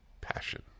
passion